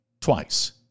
twice